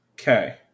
Okay